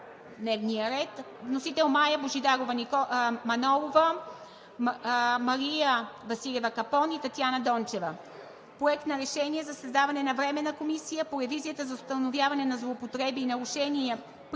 дневния ред. Внесен е от Мая Божидарова Манолова, Мария Василева Капон и Татяна Дончева. Проект на решение за създаване на Временна комисия по ревизията за установяване на злоупотреби, нарушения